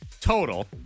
total